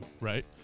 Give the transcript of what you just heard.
right